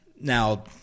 now